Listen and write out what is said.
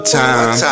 time